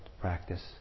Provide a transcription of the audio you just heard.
practice